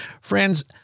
friends